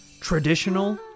Traditional